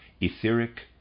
etheric